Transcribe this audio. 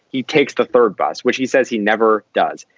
he takes the third bus, which he says he never does.